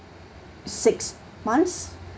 six months